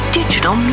digital